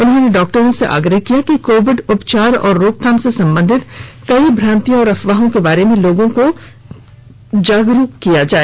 उन्होंने डॉक्टरों से आग्रह किया कि कोविड उपचार और रोकथाम से संबंधित कई भ्रांतियों और अफवाहों के बारे में लोगों को जागरूक किया जाए